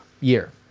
year